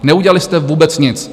Neudělali jste vůbec nic.